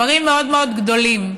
דברים מאוד מאוד גדולים.